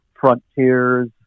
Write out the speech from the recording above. frontiers